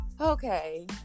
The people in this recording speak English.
Okay